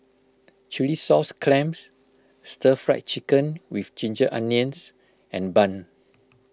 Chilli Sauce Clams Stir Fry Chicken with Ginger Onions and Bun